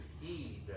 heed